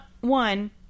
one